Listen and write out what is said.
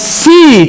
see